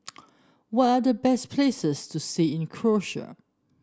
what are the best places to see in Croatia